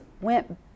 went